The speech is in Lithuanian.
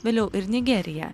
vėliau ir nigerija